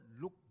look